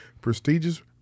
prestigious